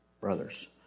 brothers